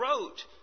wrote